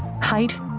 height